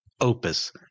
opus